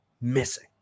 missing